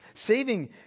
Saving